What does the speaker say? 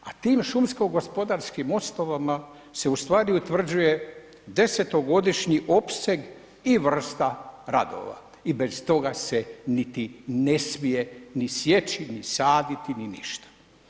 A tim šumsko gospodarskim osnovama se ustvari utvrđuje 10.-to godišnji opseg i vrsta radova i bez toga se niti ne smije ni sjeći, ni saditi ni ništa.